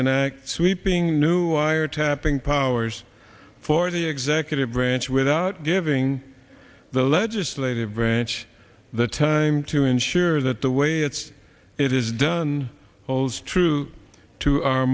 enact sweeping new wiretapping powers for the executive branch without giving the legislative branch the time to enjoy sure that the way it's it is done holds true to our